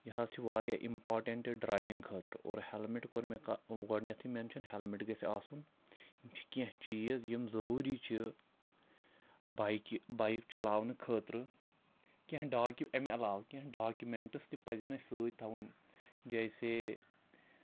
یہِ حظ چھِ واریاہ اِمپاٹنٛٹ ڈرٛایوِنٛگ خٲطرٕ اور ہٮ۪لمِٹ کوٚر مےٚ کہ گۄڈٕنٮ۪تھٕے مٮ۪نشَن ہٮ۪لمِٹ گژھِ آسُن یِم چھِ کیٚنٛہہ چیٖز یِم ضٔروٗری چھِ بایکہِ بایک چَلاونہٕ خٲطرٕ کیٚنٛہہ ڈاکہِ اَمہِ علاوٕ کیٚنٛہہ ڈاکِمٮ۪نٛٹٕس تہِ پَزن اَسہِ سۭتۍ تھاوٕنۍ جیسے